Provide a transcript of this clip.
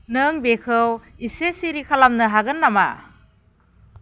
नों बेखौ एसे सिरि खालामनो हागोन नामा